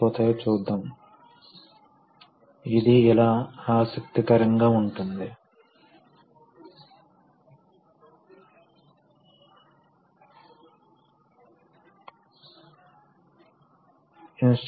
కాబట్టి ప్రారంభించడానికి ముందు మనం భోధన లక్ష్యాలను పరిశీలిస్తాము